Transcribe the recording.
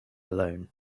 alone